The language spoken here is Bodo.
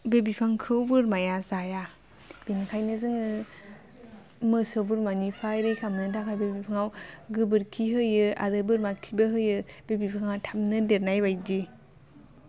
बे बिफांखौ बोरमाया जाया बिनिखायनो जोङो मोसौ बोरमानिफ्राय रैखा मोन्नो थाखाय बे बिफाङाव गोबोरखि होयो आरो बोरमा खिबो होयो बे बिफाङा थाबनो देरनाय बायदि